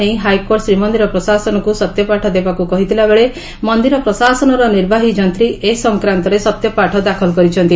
ନେଇ ହାଇକୋର୍ଟ ଶ୍ରୀମନ୍ଦିର ପ୍ରଶାସନକୁ ସତ୍ୟପାଠ ଦେବାକୁ କହିଥିଲା ବେଳେ ମନ୍ଦିର ପ୍ରଶାସନର ନିର୍ବାହୀ ଯନ୍ତୀ ଏ ସଂକ୍ରାନ୍ତରେ ସତ୍ୟପାଠ ଦାଖଲ କରିଛନ୍ତି